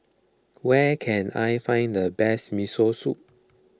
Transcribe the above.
where can I find the best Miso Soup